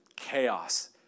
Chaos